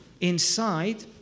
inside